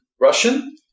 Russian